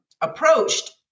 approached